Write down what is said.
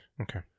Okay